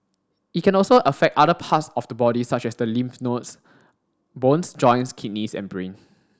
it can also affect other parts of the body such as the lymph nodes bones joints kidneys and brain